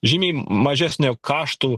žymiai mažesnio kaštų